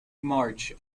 march